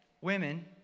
women